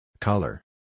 Color